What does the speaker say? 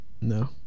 No